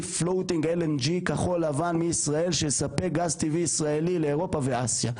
lng floating כחול לבן מישראל שיספק גז טבעי ישראלי לאירופה ואסיה.